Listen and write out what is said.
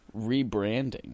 rebranding